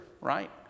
right